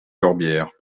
corbière